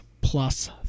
plus